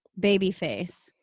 Babyface